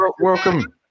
welcome